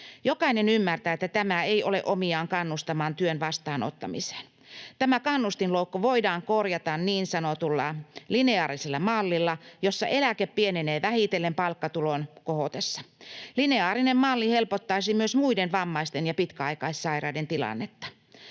Jokainen ymmärtää, että tämä ei ole omiaan kannustamaan työn vastaanottamiseen. Tämä kannustinloukku voidaan korjata niin sanotulla lineaarisella mallilla, jossa eläke pienenee vähitellen palkkatulon kohotessa. Lineaarinen malli helpottaisi myös muiden vammaisten ja pitkäaikaissairaiden tilannetta.